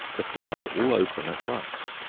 the flowers all open at once.